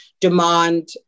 demand